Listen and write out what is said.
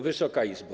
Wysoka Izbo!